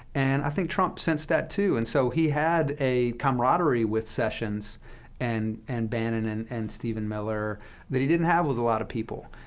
and i think trump sensed that, too. and so he had a camaraderie with sessions and and bannon and and stephen miller that he didn't have with a lot of people.